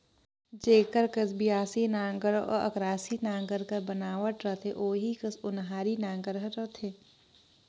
जेकर कस बियासी नांगर अउ अकरासी नागर कर बनावट रहथे ओही कस ओन्हारी नागर हर रहथे